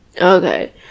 Okay